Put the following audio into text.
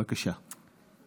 בבקשה.